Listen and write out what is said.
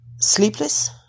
sleepless